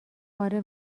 اره